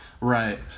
right